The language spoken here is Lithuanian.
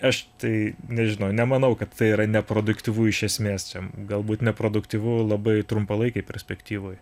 aš tai nežinau nemanau kad tai yra neproduktyvu iš esmės čia galbūt neproduktyvu labai trumpalaikėj perspektyvoj